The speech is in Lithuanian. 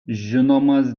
žinomas